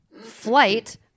flight